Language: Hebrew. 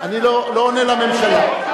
אני לא עונה לממשלה.